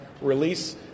release